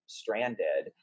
stranded